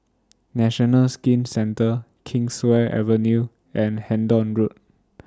National Skin Centre Kingswear Avenue and Hendon Road